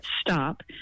stop